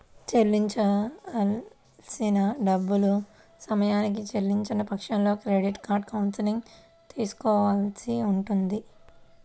చెల్లించాల్సిన డబ్బుల్ని సమయానికి చెల్లించని పక్షంలో క్రెడిట్ కౌన్సిలింగ్ తీసుకోవాల్సి ఉంటది